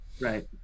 Right